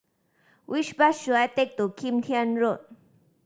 which bus should I take to Kim Tian Road